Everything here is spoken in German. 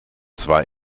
zwar